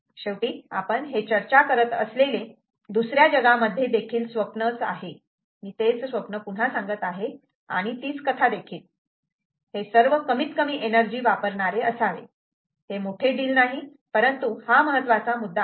शेवटी आपण हे चर्चा करत असलेले दुसऱ्या जगामध्ये देखील स्वप्नच आहे मी तेच स्वप्न पुन्हा सांगत आहे आणि तीच कथा देखील हे सर्व कमीत कमी एनर्जी वापरणारे असावे हे मोठे डील नाही परंतु हा महत्त्वाचा मुद्दा आहे